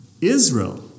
Israel